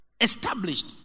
established